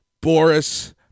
boris